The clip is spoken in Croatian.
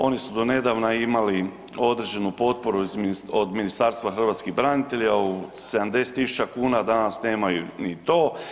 Oni su donedavna imali određenu potporu od Ministarstva hrvatskih branitelja od 70.000 kuna, danas nemaju ni to.